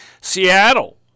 Seattle